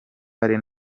hari